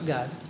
God